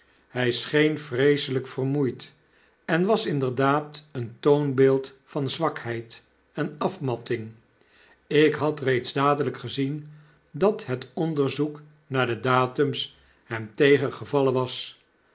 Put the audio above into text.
hy scheen vreeselijk vermoeid en was inderdaad een toonbeeld van zwakheid en afmatting ik had reeds dadelyk gezien dat het onderzoek naar de datums hem tegengevallen was